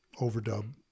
overdub